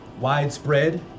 Widespread